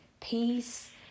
peace